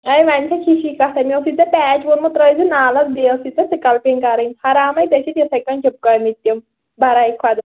A وۅنۍ چھَس ہِشی کَتھا مےٚ اوسٕے ژےٚ پیچ ووٚنمُت ترٛٲوزِ نالس بیٚیہِ ٲسٕے ژےٚ سِکلپِنٛگ کَرٕنۍ حرام ہے ژےٚ چھُتھ یِتھَے کٔنۍ چُپکٲمِتۍ تِم براے خۄد